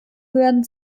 hören